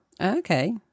Okay